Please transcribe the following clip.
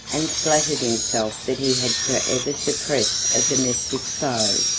and flattered himself that he had forever suppressed a domestic foe,